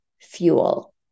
fuel